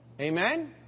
Amen